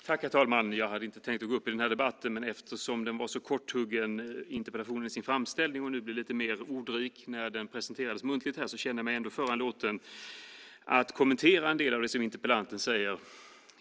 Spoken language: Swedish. Herr talman! Jag hade inte tänkt att gå upp i debatten, men eftersom interpellationen var så korthuggen i sin framställning och nu blev lite mer ordrik när den presenterades muntligt känner jag mig ändå föranlåten att kommentera en del av det som interpellanten säger.